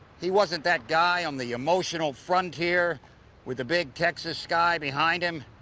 he wasn't that guy on the emotional frontier with the big texas sky behind him.